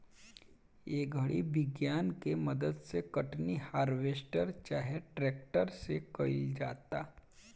ए घड़ी विज्ञान के मदद से कटनी, हार्वेस्टर चाहे ट्रेक्टर से कईल जाता